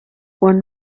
one